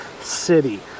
City